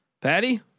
Patty